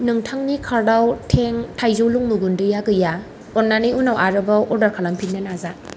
नोंथांनि कार्टाव तें थायजौ लोंमु गुन्दैया गैया अन्नानै उनाव आरोबाव अर्डार खालामफिन्नो नाजा